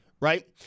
right